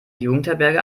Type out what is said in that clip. jugendherberge